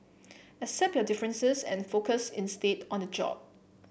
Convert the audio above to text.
accept your differences and focus instead on the job